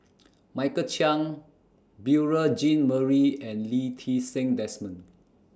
Michael Chiang Beurel Jean Marie and Lee Ti Seng Desmond